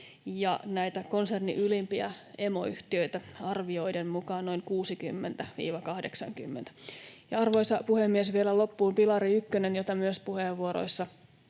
konsernin ylimpiä emoyhtiöitä arvioiden mukaan noin 60—80. Ja arvoisa puhemies, vielä loppuun pilari ykkönen, jota myös puheenvuoroissa